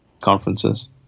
conferences